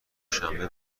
شنبه